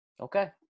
Okay